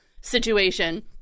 situation